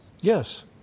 Yes